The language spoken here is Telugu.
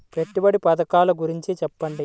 పెట్టుబడి పథకాల గురించి చెప్పండి?